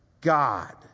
god